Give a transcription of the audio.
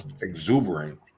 exuberant